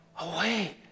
away